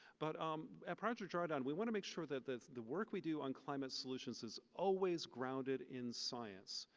but um at project drawdown, we want to make sure that the the work we do on climate solutions is always grounded in science,